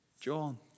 John